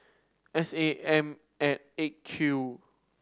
S A M at Eight Q